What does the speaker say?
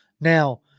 now